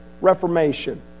Reformation